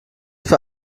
für